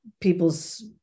people's